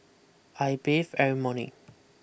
I bathe every morning